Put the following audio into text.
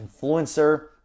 influencer